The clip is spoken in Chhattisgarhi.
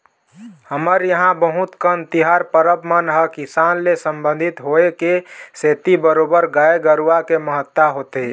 हमर इहाँ बहुत कन तिहार परब मन ह किसानी ले संबंधित होय के सेती बरोबर गाय गरुवा के महत्ता होथे